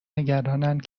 نگرانند